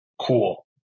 cool